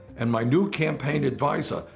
and my new campaign advisor,